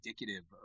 indicative